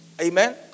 Amen